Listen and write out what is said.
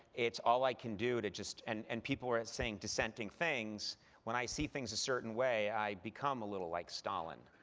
it's all i can do to just and and people are saying dissenting things when i see things a certain way, i become a little like stalin